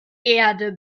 erde